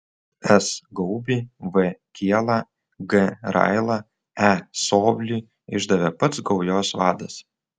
s gaubį v kielą g railą e soblį išdavė pats gaujos vadas